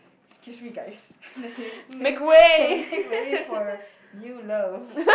excuse me guys make way for new love